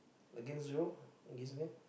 against zero against there